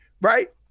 right